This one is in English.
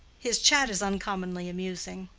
his chat is uncommonly amusing.